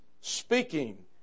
speaking